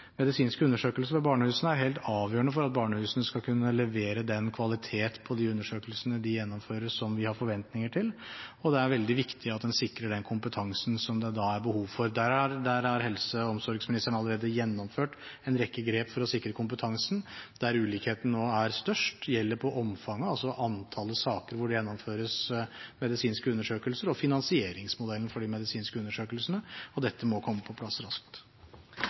Medisinske undersøkelser ved barnehusene er helt avgjørende for at barnehusene skal kunne levere den kvaliteten på undersøkelsene de gjennomfører, som vi har forventninger til. Det er veldig viktig at en sikrer den kompetansen det da er behov for. Der har helse- og omsorgsministeren allerede gjennomført en rekke grep for å sikre kompetansen. Der ulikheten nå er størst, er på omfanget, altså antallet saker hvor det gjennomføres medisinske undersøkelser, og på finansieringsmodellen for de medisinske undersøkelsene. Dette må komme på plass raskt.